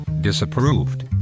disapproved